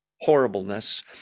horribleness